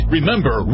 Remember